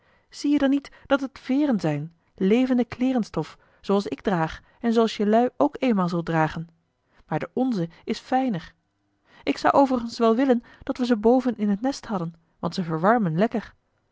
zie je dan niet dat het veeren zijn levende kleerenstof zooals ik draag en zooals jelui ook eenmaal zult dragen maar de onze is fijner ik zou overigens wel willen dat we ze boven in het nest hadden want ze verwarmen lekker